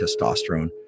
testosterone